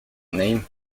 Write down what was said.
name